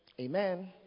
Amen